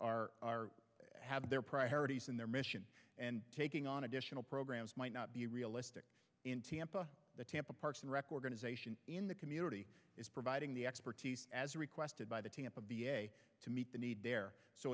possibility are have their priorities in their mission and taking on additional programs might not be realistic in tampa the tampa parks and rec organization in the community is providing the expertise as requested by the tampa bay to meet the need there so